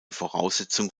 voraussetzung